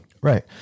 Right